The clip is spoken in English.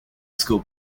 school